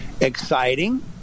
exciting